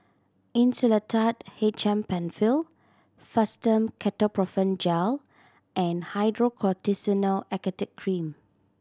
Insulatard H M Penfill Fastum Ketoprofen Gel and Hydrocortisone Acetate Cream